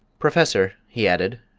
professor, he added,